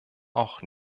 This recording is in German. auch